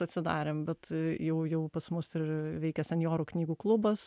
atsidarėm bet jau jau pas mus ir veikia senjorų knygų klubas